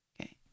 Okay